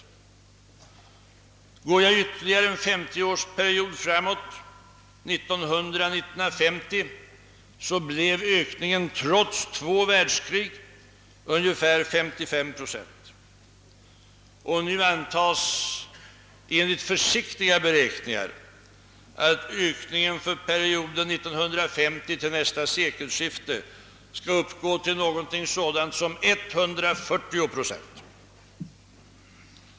Under därpå följande 50-årsperiod, 1900—1950, blev ökningen trots två världskrig ungefär 55 procent. Nu antas enligt försiktiga beräkningar att ökningen för perioden från 1950 till nästa sekelskifte skall uppgå till ungefär 140 procent.